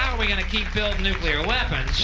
we gonna keep building nuclear weapons,